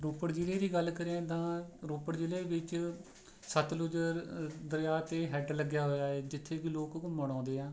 ਰੋਪੜ ਜ਼ਿਲ੍ਹੇ ਦੀ ਗੱਲ ਕਰੀਏ ਤਾਂ ਰੋਪੜ ਜ਼ਿਲ੍ਹੇ ਵਿੱਚ ਸਤਲੁਜ ਦਰਿਆ 'ਤੇ ਹੈੱਡ ਲੱਗਿਆ ਹੋਇਆ ਹੈ ਜਿੱਥੇ ਕਿ ਲੋਕ ਘੁੰਮਣ ਆਉਂਦੇ ਹੈ